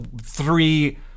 three